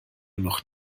noch